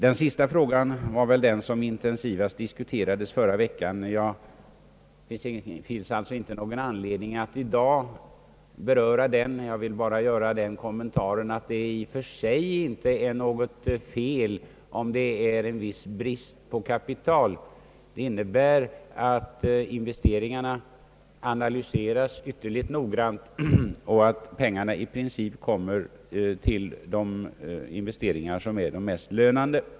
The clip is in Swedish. Den senare frågan diskuterades väl intensivast i förra veckan, och jag har därför inte någon anledning att beröra den i dag. Jag vill bara göra den kommentaren att det i och för sig inte är något fel om en viss brist på kapital råder — det innebär att investeringarna analyseras ytterligt noggrant och att pengarna i princip går till de investeringar som är mest lönande.